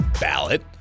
ballot